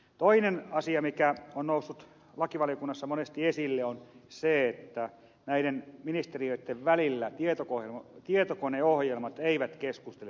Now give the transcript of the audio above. toinen asia mikä on noussut lakivaliokunnassa monesti esille on se että näiden ministeriöitten välillä tietokoneohjelmat eivät keskustele keskenään